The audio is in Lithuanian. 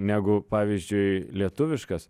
negu pavyzdžiui lietuviškas